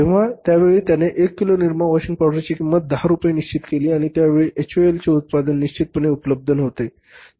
तेव्हा त्या वेळी त्याने 1 किलो निरमा वॉशिंग पावडरची किंमत 10 रुपये निश्चित केली आणि त्यावेळी एचयूएलचे उत्पादन निश्चितपणे उपलब्ध नव्हते